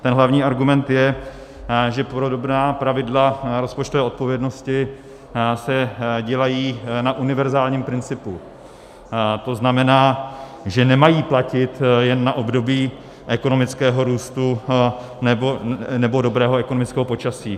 Ten hlavní argument je, že podobná pravidla rozpočtové odpovědnosti se dělají na univerzálním principu, to znamená, že nemají platit jen na období ekonomického růstu nebo dobrého ekonomického počasí.